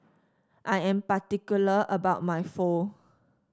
I am particular about my Pho